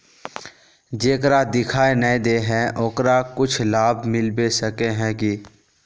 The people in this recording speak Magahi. जेकरा दिखाय नय दे है ओकरा कुछ लाभ मिलबे सके है की?